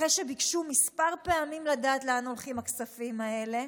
אחרי שביקשו כמה פעמים לדעת לאן הולכים הכספים האלה.